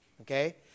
Okay